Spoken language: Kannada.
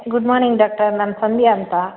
ಗುಡ್ ಮಾರ್ನಿಂಗ್ ಡಾಕ್ಟರ್ ನಾನು ಸಂಧ್ಯಾ ಅಂತ